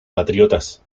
patriotas